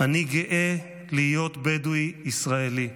"אני גאה להיות בדואי ישראלי,